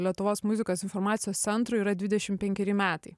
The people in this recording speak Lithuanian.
lietuvos muzikos informacijos centrui yra dvidešim penkeri metai